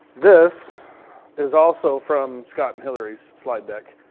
this is also from scott and hilary's slide deck.